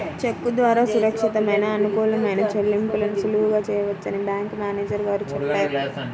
చెక్కు ద్వారా సురక్షితమైన, అనుకూలమైన చెల్లింపులను సులువుగా చేయవచ్చని బ్యాంకు మేనేజరు గారు చెప్పారు